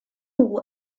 nhw